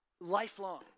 lifelong